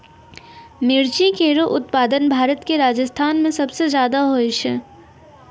मिर्ची केरो उत्पादन भारत क राजस्थान म सबसे जादा होय छै